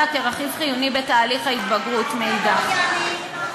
כרכיב חיוני בתהליך ההתבגרות מאידך.